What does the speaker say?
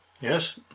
Yes